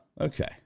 Okay